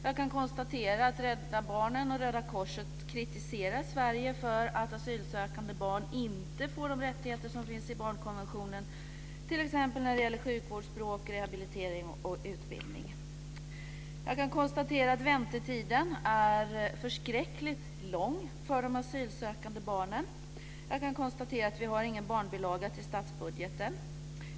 Jag konstaterar att Rädda Barnen och Röda korset kritiserar Sverige för att asylsökande barn inte får de rättigheter som finns i barnkonventionen, t.ex. sjukvård, språk, rehabilitering och utbildning. Jag konstaterar att väntetiden är förskräckligt lång för de asylsökande barnen. Jag konstaterar att det inte finns någon barnbilaga till statsbudgeten.